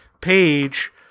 page –